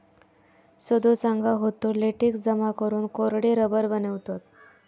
सदो सांगा होतो, लेटेक्स जमा करून कोरडे रबर बनवतत